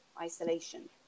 isolation